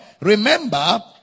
remember